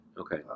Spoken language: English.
Okay